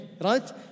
right